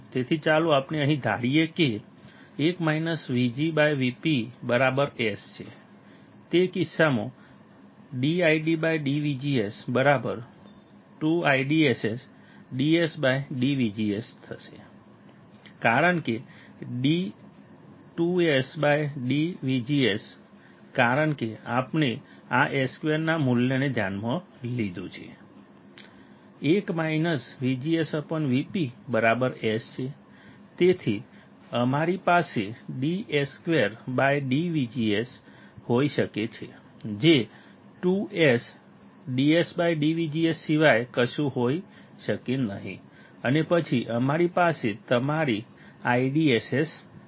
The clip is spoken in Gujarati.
તેથી ચાલો આપણે અહીં ધારીએ કે 1 VGS VpS તે કિસ્સામાં dIDdVGS 2IDSS dS dVGS કારણ કે d2S d VGS કારણ કે આપણે આ S2 ના મૂલ્યને ધ્યાનમાં લીધું છે 1 VGS Vp S તેથી અમારી પાસે dS2 dVGS હોઈ શકે છે જે 2S dS dVGS સિવાય કશું હોઈ શકે નહીં અને પછી અમારી પાસે તમારી IDSS છે